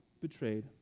betrayed